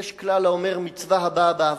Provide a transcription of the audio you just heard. יש כלל האומר: מצווה הבאה בעבירה,